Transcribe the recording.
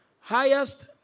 highest